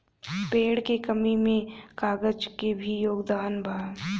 पेड़ के कमी में कागज के भी योगदान बा